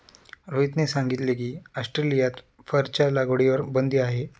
रोहितने सांगितले की, ऑस्ट्रेलियात फरच्या लागवडीवर बंदी आहे